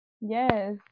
Yes